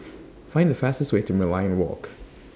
Find The fastest Way to Merlion Walk